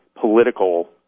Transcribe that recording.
political